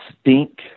Stink